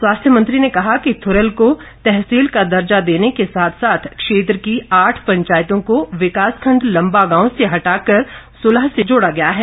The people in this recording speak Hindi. स्वास्थ्य मंत्री ने कहा कि थुरल को तहसील का दर्जा देने के साथ साथ क्षेत्र की आठ पंचायतों को विकास खंड लंबा गांव से हटाकर सुलह से जोड़ा गया है